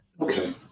Okay